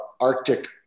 Arctic